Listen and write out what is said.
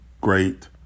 great